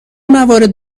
موارد